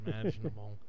imaginable